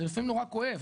לפעמים זה נורא כואב,